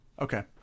Okay